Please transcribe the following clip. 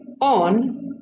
on